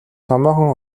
томоохон